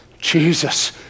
Jesus